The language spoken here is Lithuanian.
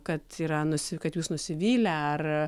kad yra nusi kad jūs nusivylę ar